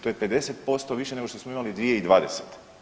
To je 50% više nego što smo imali 2020.